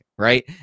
right